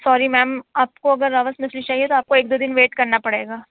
sorry ma'am آپ کو اگر راوس مچھلی چاہیے تو آپ کو ایک دو دن ویٹ کرنا پڑے گا